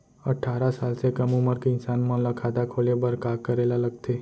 अट्ठारह साल से कम उमर के इंसान मन ला खाता खोले बर का करे ला लगथे?